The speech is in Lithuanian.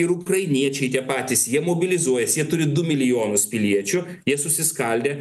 ir ukrainiečiai tie patys jie mobilizuojas jie turi du milijonus piliečių jie susiskaldę